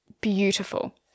beautiful